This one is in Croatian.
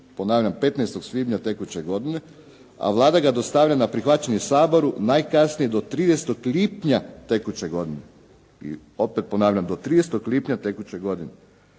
ponavljam 15 svibnja tekuće godine, „…a Vlada ga dostavlja na prihvaćanje Saboru najkasnije do 30. lipnja tekuće godine.“. I opet ponavljam do 30. lipnja tekuće godine.